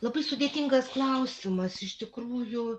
labai sudėtingas klausimas iš tikrųjų